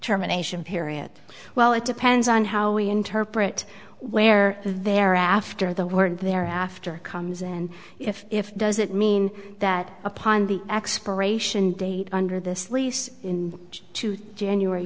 terminations period well it depends on how we interpret where they're after the word thereafter comes in if if does that mean that upon the expiration date under this lease to january